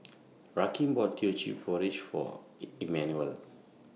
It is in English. Rakeem bought Teochew Porridge For Immanuel